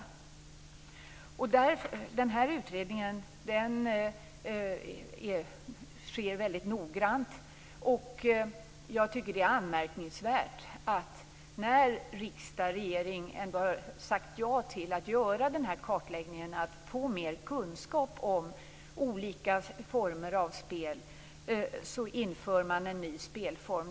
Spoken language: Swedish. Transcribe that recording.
Utredningen genomförs väldigt noggrant. Jag tycker att det är anmärkningsvärt att riksdag och regering när man har sagt ja till att göra denna kartläggning för att få mer kunskap om olika former av spel inför en ny spelform.